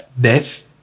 death